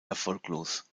erfolglos